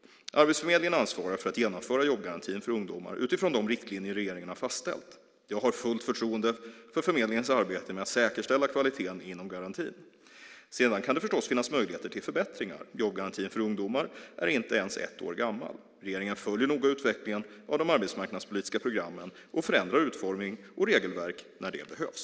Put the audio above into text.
Arbetsförmedlingen ansvarar för att genomföra jobbgarantin för ungdomar utifrån de riktlinjer regeringen har fastställt. Jag har fullt förtroende för förmedlingens arbete med att säkerställa kvaliteten inom garantin. Sedan kan det förstås finnas möjligheter till förbättringar, jobbgarantin för ungdomar är inte ens ett år gammal. Regeringen följer noga utvecklingen av de arbetsmarknadspolitiska programmen och förändrar utformning och regelverk när det behövs.